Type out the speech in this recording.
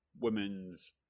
women's